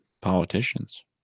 politicians